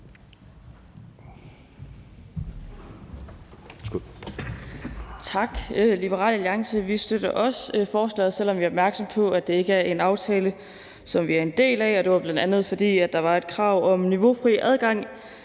Tak. Liberal Alliance støtter også forslaget, selv om vi er opmærksomme på, at det ikke er en aftale, som vi er en del af, bl.a. fordi der var et krav om niveaufri adgang